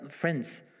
Friends